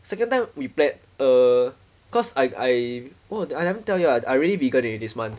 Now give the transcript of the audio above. second time we plan err cause I I oh I never tell you ah I really vegan already this month